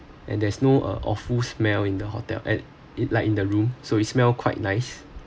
and there's no uh awful smell in the hotel at it like in the room so it smell quite nice